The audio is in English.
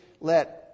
let